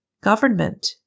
Government